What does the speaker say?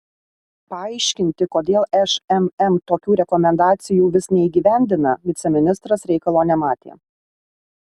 paaiškinti kodėl šmm tokių rekomendacijų vis neįgyvendina viceministras reikalo nematė